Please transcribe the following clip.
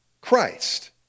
Christ